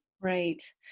Right